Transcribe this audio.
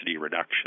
reduction